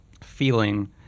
feeling